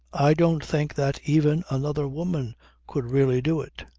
i don't think that even another woman could really do it.